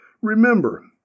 Remember